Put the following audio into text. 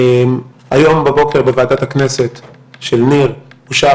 היום בבוקר בוועדת הכנסת של ניר אושר